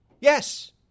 Yes